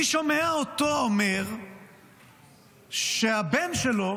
ואני שומע אותו אומר שהבן שלו